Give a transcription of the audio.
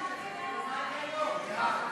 שלי יחימוביץ,